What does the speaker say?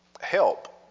help